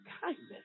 kindness